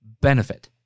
benefit